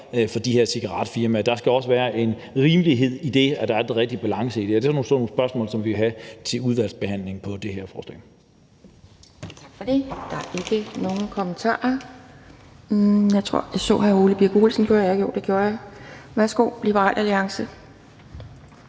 de her cigaretfirmaer normalt har; der skal også være en rimelighed i det, den rigtige balance i det. Det er sådan nogle spørgsmål, som vi vil have med til udvalgsbehandlingen om det her forslag.